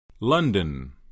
London